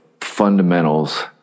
fundamentals